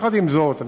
יחד עם זאת,